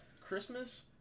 Christmas